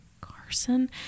Carson